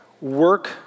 work